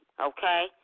Okay